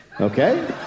Okay